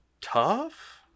tough